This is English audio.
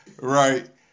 right